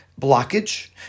blockage